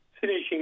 finishing